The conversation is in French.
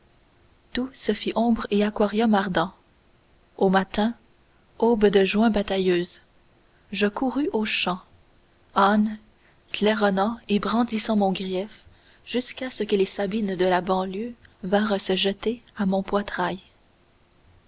tout se fit ombre et aquarium ardent au matin aube de juin batailleuse je courus aux champs âne claironnant et brandissant mon grief jusqu'à ce que les sabines de la banlieue vinrent se jeter à mon poitrail